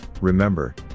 remember